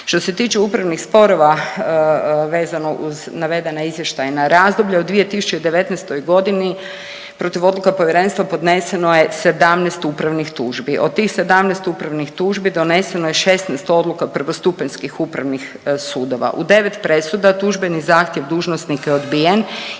Što se tiče upravnih sporova vezano uz navedena izvještajna razdoblja u 2019.g. protiv odluka Povjerenstva podneseno je 17 upravnih tužbi, od tih 17 upravnih tužbi doneseno je 16 odluka prvostupanjskih upravnih sudova. U 9 presuda tužbeni zahtjev dužnosnika je odbijen